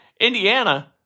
Indiana